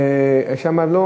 שם לא